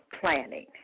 planning